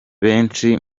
benshi